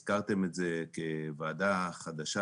הזכרתם אותה כוועדה חדשה,